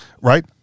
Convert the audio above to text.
right